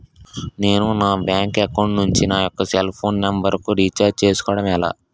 నేను నా bank account నుంచి నా యెక్క సెల్ ఫోన్ నంబర్ కు రీఛార్జ్ చేసుకోవడం ఎలా?